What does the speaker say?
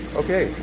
okay